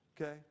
Okay